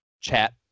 chat